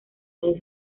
redes